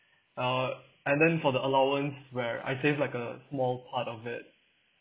uh and then for the allowance where I'd save like a small part of it